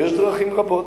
ויש דרכים רבות,